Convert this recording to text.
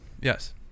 Yes